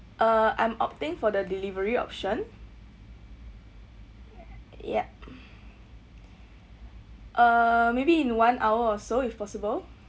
uh I'm opting for the delivery option yup uh maybe in one hour or so if possible